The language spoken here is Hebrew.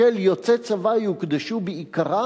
של יוצא צבא "יוקדשו בעיקרם,